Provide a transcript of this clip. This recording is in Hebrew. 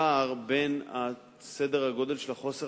הפער בין סדר הגודל של החוסר